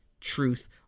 truth